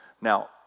Now